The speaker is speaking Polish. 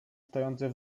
stojący